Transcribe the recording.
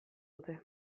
dute